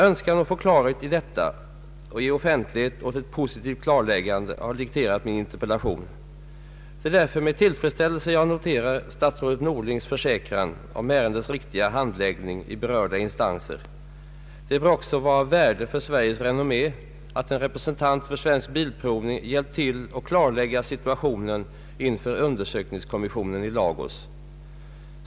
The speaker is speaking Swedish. Önskan att få klarhet i detta och ge offentlighet åt ett positivt klarläggande har dikterat min interpellation. Det är därför med tillfredsställelse jag noterar statsrådet Norlings försäkran om ärendets riktiga handläggning i berörda instanser. Det bör också vara av värde för Sveriges renommé att en representant för AB Svensk bilprovning hjälpt till att klarlägga situationen inför undersökningskommissionen i Lagos.